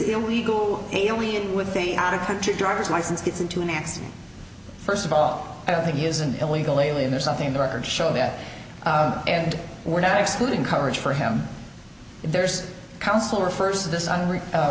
illegal alien with a out of country driver's license gets into nancy first of all i don't think he is an illegal alien there's nothing the records show that and we're not excluding coverage for him there's a